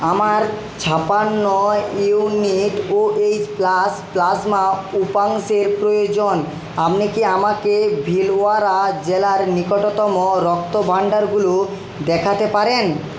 আমার ছাপান্ন unit O H plus plasma উপাংশের প্রয়োজন আপনি কি আমাকে ভিলওয়ারা জেলার নিকটতম রক্ত ভাণ্ডারগুলো দেখাতে পারেন